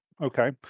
Okay